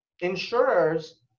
insurers